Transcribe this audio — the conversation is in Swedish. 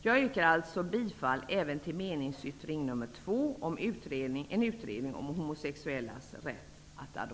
Jag yrkar alltså bifall även till meningsyttring nr 2